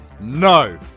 no